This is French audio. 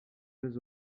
jeux